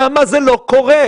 למה זה לא קורה?